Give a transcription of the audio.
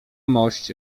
mość